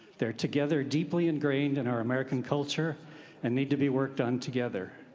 they're together deeply ingrained in our american culture and need to be worked on together.